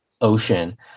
ocean